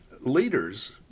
Leaders